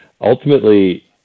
Ultimately